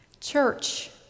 church